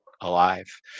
alive